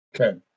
Okay